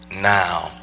now